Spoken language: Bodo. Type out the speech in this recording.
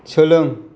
सोलों